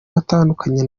yatandukanye